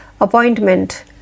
Appointment